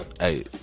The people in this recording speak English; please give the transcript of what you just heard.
Hey